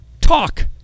talk